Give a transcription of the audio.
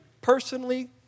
personally